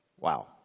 Wow